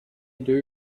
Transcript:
ever